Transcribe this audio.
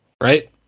Right